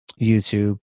YouTube